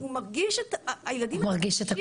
הוא מרגיש את הקושי.